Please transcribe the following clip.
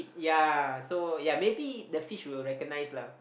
ya so ya maybe the fish will recognize lah